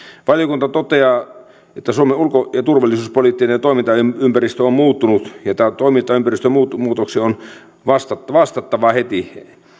valiokunta toteaa että suomen ulko ja turvallisuuspoliittinen toimintaympäristö on muuttunut ja tähän toimintaympäristön muutokseen on vastattava heti